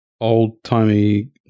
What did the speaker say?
old-timey